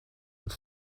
with